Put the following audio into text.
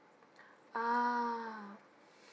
ah